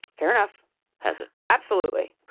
fair enough has it? absolutely.